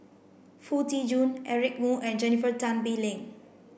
Foo Tee Jun Eric Moo and Jennifer Tan Bee Leng